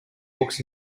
walks